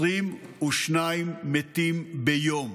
זה 22 מתים ביום.